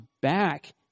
back